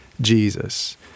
Jesus